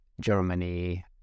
Germany